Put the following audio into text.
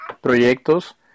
proyectos